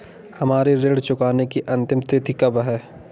हमारी ऋण चुकाने की अंतिम तिथि कब है?